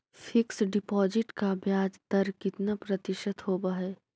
Fix deposit का ब्याज दर कितना प्रतिशत होब है?